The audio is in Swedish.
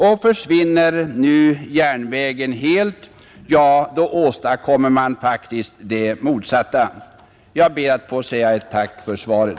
Och försvinner nu järnvägen helt, åstadkommer man det motsatta. Jag ber än en gång att få tacka för svaret.